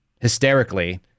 hysterically